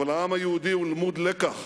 אבל העם היהודי הוא למוד לקח,